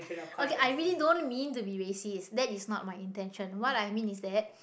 okay I really don't mean to be racist that is not my intention what I mean is that